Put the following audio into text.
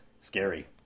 Scary